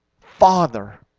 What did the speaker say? father